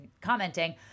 commenting